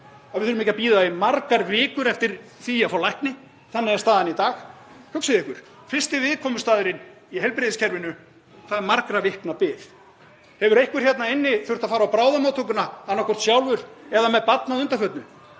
við ekki að bíða í margar vikur eftir því að fá lækni. Þannig er staðan í dag. Hugsið ykkur, fyrsti viðkomustaðurinn í heilbrigðiskerfinu og það er margra vikna bið. Hefur einhver hérna inni þurft að fara á bráðamóttökuna, annaðhvort sjálfur eða með barn að undanförnu?